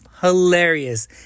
hilarious